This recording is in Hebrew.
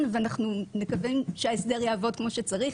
ואנחנו מקווים שההסדר יעבוד כמו שצריך,